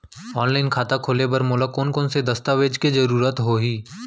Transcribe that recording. Online खाता खोले बर मोला कोन कोन स दस्तावेज के जरूरत होही?